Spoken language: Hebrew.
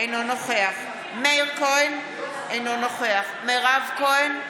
אינו נוכח מאיר כהן, אינו נוכח מירב כהן,